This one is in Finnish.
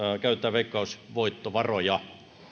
veikkausvoittovaroja